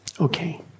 okay